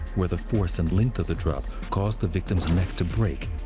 where the force and length of the drop caused the victim's neck to break.